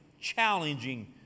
challenging